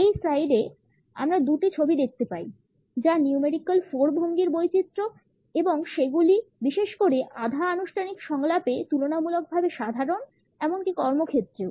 এই স্লাইডে আমরা দুটি ছবি দেখতে পাই যা numerical 4 ভঙ্গির বৈচিত্র্য এবং সেগুলি বিশেষ করে আধা আনুষ্ঠানিক সংলাপে তুলনামূলকভাবে সাধারণ এমনকি কর্মক্ষেত্রেও